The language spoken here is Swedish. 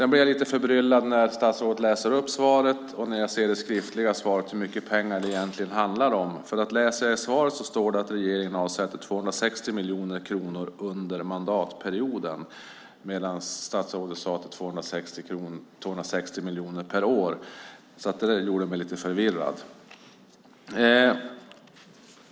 När det gäller hur mycket pengar det egentligen handlar om blir jag också lite förbryllad när statsrådet läser upp svaret och jag ser det skriftliga svaret. I svaret står det att regeringen avsätter 260 miljoner kronor under mandatperioden, men statsrådet sade att det var 260 miljoner per år. Det gör mig lite förvirrad.